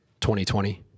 2020